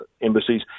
embassies